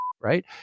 Right